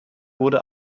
wurde